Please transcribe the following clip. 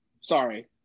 Sorry